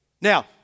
Now